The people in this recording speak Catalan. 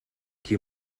qui